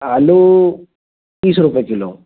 आलू तीस रुपये किलो